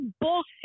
bullshit